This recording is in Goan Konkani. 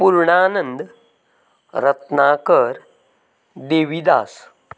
पुर्णानंद रत्नाकर देविदास